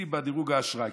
בדירוג האשראי,